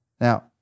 Now